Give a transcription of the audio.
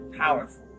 powerful